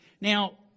Now